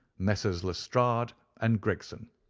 messrs. lestrade and gregson.